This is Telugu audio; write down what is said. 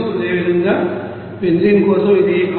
అదే విధంగా బెంజీన్ కోసం ఇది 6